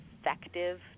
effective